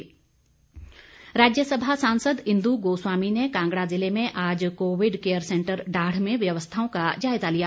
जायजा राज्यसभा सांसद इंदु गोस्वामी ने कांगड़ा ज़िले में आज कोविड केयर सेंटर डाढ़ में व्यवस्थाओं का जायजा लिया